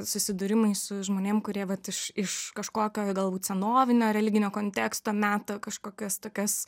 susidūrimai su žmonėm kurie vat iš iš kažkokio galbūt senovinio religinio konteksto meta kažkokias tokias